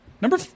Number